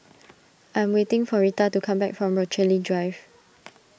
I am waiting for Rita to come back from Rochalie Drive